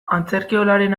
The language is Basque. antzerkiolaren